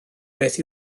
beth